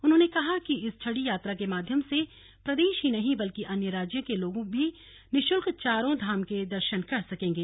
उन्होंने कहा कि इस छड़ी यात्रा के माध्यम से प्रदेश ही नहीं बल्कि अन्य राज्यों के लोग भी निशुल्क चारों धाम के दर्शन कर सकेंगे